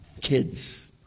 kids